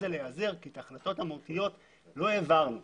בהחלטות המהותיות לא העברנו